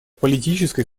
политической